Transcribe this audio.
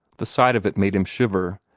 the sight of it made him shiver,